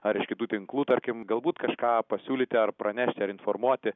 ar iš kitų tinklų tarkim galbūt kažką pasiūlyti ar pranešti ar informuoti